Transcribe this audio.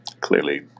Clearly